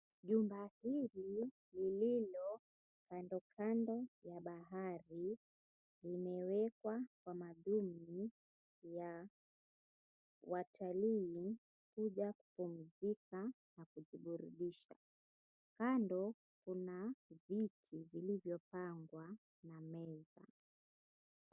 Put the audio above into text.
Jumba hili lililo kando kando ya bahari limewekwa kwa madhumuni ya watalii kuja kupumzika na kujiburudisha. Kando kuna viti vilivyopangwa na meza.